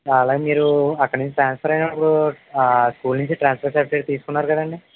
అలాగే మీరు అక్కడ నుంచి ట్రాన్స్ఫర్ అయినప్పుడు స్కూల్ నుంచి ట్రాన్స్ఫర్ సర్టిఫికెట్ తీసుకున్నారు కదండీ